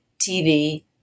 TV